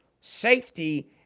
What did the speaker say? safety